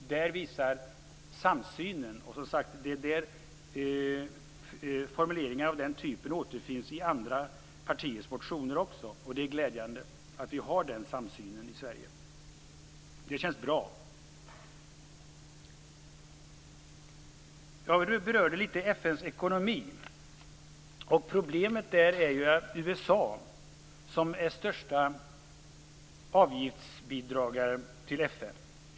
Det visar samsynen. Formuleringar av den typen återfinns i andra partiers motioner också. Det är glädjande att vi har den samsynen i Sverige. Det känns bra. Jag berörde litet FN:s ekonomi. Problemet där är ju USA som är det land som skall betala den största avgiften till FN.